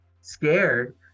scared